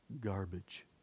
Garbage